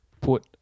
put